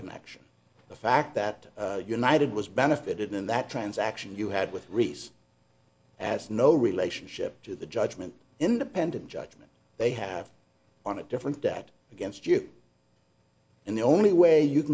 connection the fact that united was benefited in that transaction you had with reese has no relationship to the judgment independent judgment they have on a different debt against you and the only way you